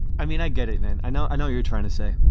i mean, i get it then. i know. i know you're trying to say,